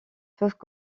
peuvent